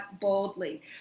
boldly